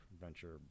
venture